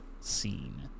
scene